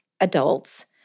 adults